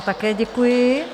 Také děkuji.